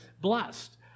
blessed